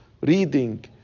reading